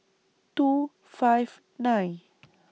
two five nine